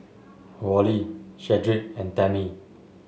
Wally Shedrick and Tammy